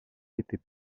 était